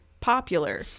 popular